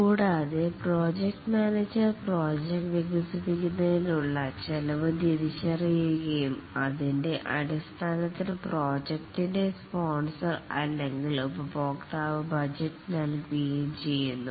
കൂടാതെ project manager project വികസിപ്പിക്കുന്നത്തിനുള്ള ചെലവ്തിരിച്ചറിയുകയും അതിന്റെ അടിസ്ഥാനത്തിൽ പ്രോജക്ടിന്റെ സ്പോൺസർ അല്ലെങ്കിൽ ഉപഭോക്താവ് ബജറ്റ്നൽകുകയും ചെയ്യുന്നു